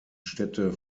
städte